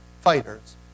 fighters